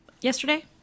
yesterday